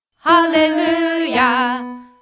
Hallelujah